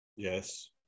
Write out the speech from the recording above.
Yes